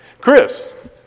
Chris